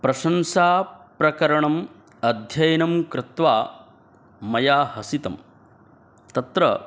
प्रशंसाप्रकरणम् अध्ययनं कृत्वा मया हसितं तत्र